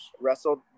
wrestled